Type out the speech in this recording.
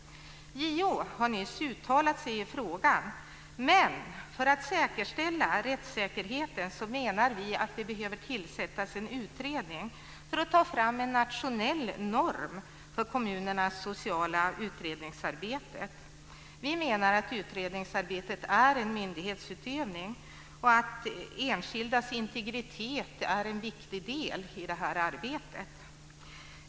JO har nyss uttalat sig i frågan, men för att säkerställa rättssäkerheten menar vi att det behöver tillsättas en utredning för att ta fram en nationell norm för kommunernas sociala utredningsarbete. Vi menar att utredningsarbetet är en myndighetsutövning och att enskildas integritet är en viktig del i det här arbetet.